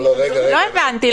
לא הבנתי,